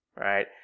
right